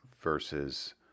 Versus